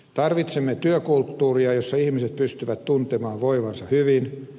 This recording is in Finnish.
tarvitsemme työkulttuuria jossa ihmiset pystyvät tuntemaan voivansa hyvin